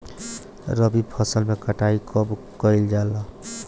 रबी फसल मे कटाई कब कइल जाला?